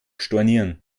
stornieren